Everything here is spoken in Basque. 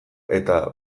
eta